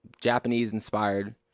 Japanese-inspired